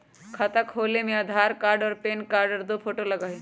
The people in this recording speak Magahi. खाता खोले में आधार कार्ड और पेन कार्ड और दो फोटो लगहई?